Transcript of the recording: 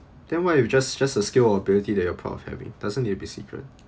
then why you just just a skill or ability that you're proud of having doesn't need to be secret